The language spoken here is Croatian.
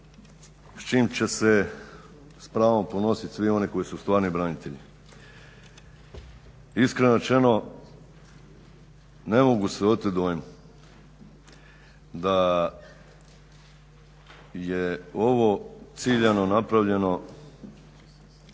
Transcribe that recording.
s čim će se s pravom ponosit svi oni koji su stvarni branitelji. Iskreno rečeno, ne mogu se otet dojmu da je ovo ciljano napravljeno